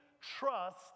trust